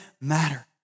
matter